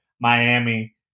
Miami